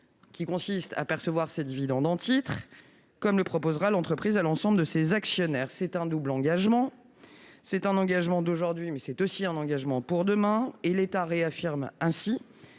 qui consiste à percevoir ses dividendes en titres comme le proposera l'entreprise à l'ensemble de ses actionnaires, c'est un double engagement : c'est un engagement d'aujourd'hui, mais c'est aussi un engagement pour demain et l'État réaffirme ainsi